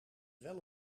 wel